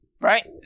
Right